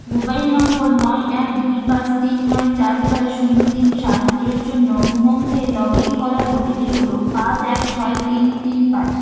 mobile নম্বর নয় এক দুই পাঁচ তিন নয় চার ছয় শূন্য তিন সাত এর জন্য উমঙ্গে লগ ইন করার ও টি পি হলো পাঁচ এক ছয় তিন তিন পাঁচ